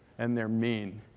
and they're mean.